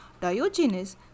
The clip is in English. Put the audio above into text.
Diogenes